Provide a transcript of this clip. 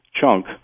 chunk